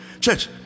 Church